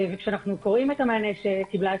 כשאנחנו קוראים את המענה שקיבלה הסנגוריה,